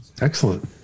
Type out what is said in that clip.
excellent